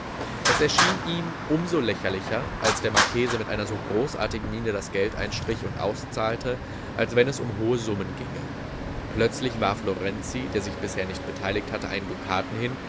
es erschien ihm um so lächerlicher als der marchese mit einer so großartigen miene das geld einstrich und auszahlte als wenn es um hohe summen ginge plötzlich warf lorenzi der sich bisher nicht beteiligt hatte einen dukaten hin